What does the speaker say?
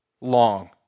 long